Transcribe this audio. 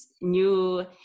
new